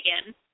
again